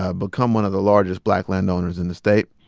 ah become one of the largest black landowners in the state.